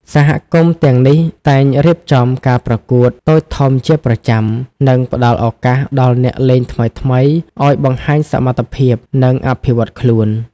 សហគមន៍ទាំងនេះតែងរៀបចំការប្រកួតតូចធំជាប្រចាំ និងផ្តល់ឱកាសដល់អ្នកលេងថ្មីៗឱ្យបង្ហាញសមត្ថភាព និងអភិវឌ្ឍខ្លួន។